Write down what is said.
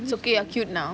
it's okay you're cute now